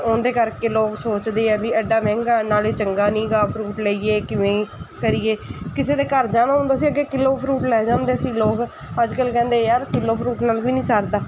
ਉਹਦੇ ਕਰਕੇ ਲੋਕ ਸੋਚਦੇ ਆ ਵੀ ਐਡਾ ਮਹਿੰਗਾ ਨਾਲੇ ਚੰਗਾ ਨਹੀਂ ਗਾ ਫਰੂਟ ਲਈਏ ਕਿਵੇਂ ਕਰੀਏ ਕਿਸੇ ਦੇ ਘਰ ਜਾਣਾ ਹੁੰਦਾ ਸੀ ਅੱਗੇ ਕਿਲੋ ਫਰੂਟ ਲੈ ਜਾਂਦੇ ਸੀ ਲੋਕ ਅੱਜ ਕੱਲ੍ਹ ਕਹਿੰਦੇ ਯਾਰ ਕਿਲੋ ਫਰੂਟ ਨਾਲ ਵੀ ਨਹੀਂ ਸਰਦਾ